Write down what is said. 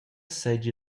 seigi